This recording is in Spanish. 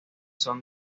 son